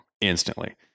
instantly